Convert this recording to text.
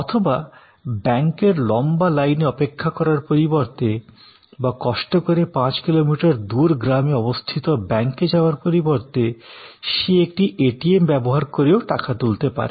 অথবা ব্যাংকের লম্বা লাইনে অপেক্ষা করার পরিবর্তে বা কষ্ট করে পাঁচ কিলোমিটার দূর গ্রামে অবস্থিত ব্যাংকে যাওয়ার পরিবর্তে আপনি একটি এটিএম ব্যবহার করে টাকা তুলতে পারেন